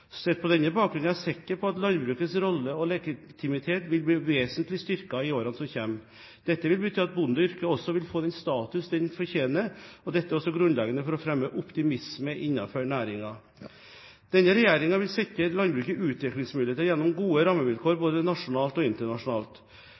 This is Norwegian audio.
Sett på denne bakgrunn er jeg sikker på at landbrukets rolle og legitimitet vil bli vesentlig styrket i årene som kommer. Dette vil bety at bondeyrket også vil få den status det fortjener, og dette er også grunnleggende for å fremme optimisme innenfor næringen. Denne regjeringen vil sikre landbruket utviklingsmuligheter gjennom gode rammevilkår